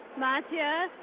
matye,